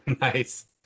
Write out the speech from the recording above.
Nice